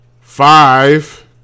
five